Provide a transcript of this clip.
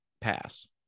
pass